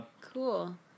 Cool